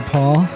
Paul